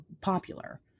popular